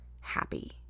happy